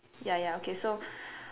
ya ya okay so